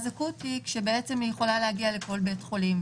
אקוטי כשהיא יכולה להגיע לכל בית חולים?